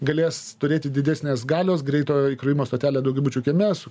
galės turėti didesnės galios greitojo įkrovimo stotelę daugiabučių kieme su